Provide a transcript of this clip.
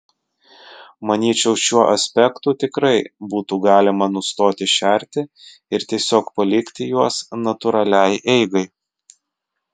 manyčiau šiuo aspektu tikrai būtų galima nustoti šerti ir tiesiog palikti juos natūraliai eigai